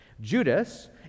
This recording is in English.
Judas